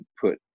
put